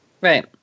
Right